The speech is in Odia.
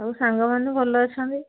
ସବୁ ସାଙ୍ଗମାନେ ଭଲ ଅଛନ୍ତି